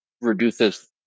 reduces